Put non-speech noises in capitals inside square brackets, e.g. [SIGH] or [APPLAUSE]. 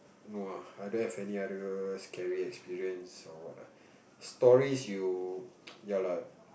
no ah I don't have any other scary experience or what ah stories you [NOISE] ya lah